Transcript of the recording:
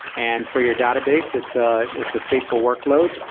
and for your database, it's ah it's a stateful workload.